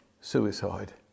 suicide